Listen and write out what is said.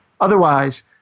Otherwise